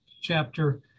chapter